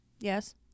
Yes